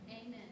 Amen